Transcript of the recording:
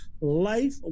Life